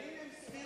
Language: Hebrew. הדברים הם סבירים,